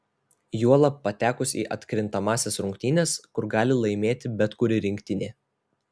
juolab patekus į atkrintamąsias rungtynes kur gali laimėti bet kuri rinktinė